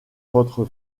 votre